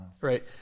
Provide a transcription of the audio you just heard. Right